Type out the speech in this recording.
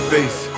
Face